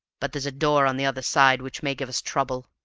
but there's a door on the other side which may give us trouble.